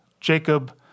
Jacob